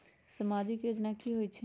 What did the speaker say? समाजिक योजना की होई छई?